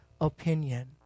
opinion